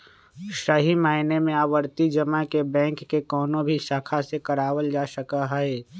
सही मायने में आवर्ती जमा के बैंक के कौनो भी शाखा से करावल जा सका हई